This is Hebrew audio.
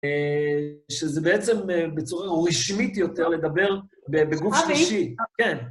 שזה בעצם בצורה רשמית יותר לדבר בגוף שלישי, כן.